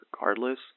regardless